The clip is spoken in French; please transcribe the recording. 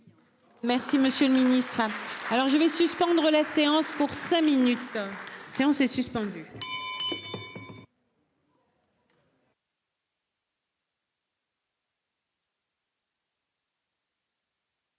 Merci Monsieur le Ministre. Alors je vais suspendre la séance pour cinq minutes séance est suspendue.